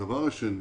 הדבר השני